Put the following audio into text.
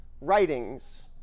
writings